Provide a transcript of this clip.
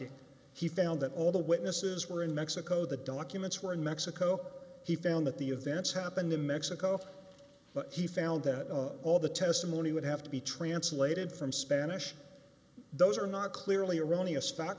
finding he found that all the witnesses were in mexico the documents were in mexico he found that the events happened in mexico but he found that all the testimony would have to be translated from spanish those are not clearly erroneous